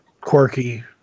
quirky